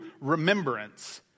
remembrance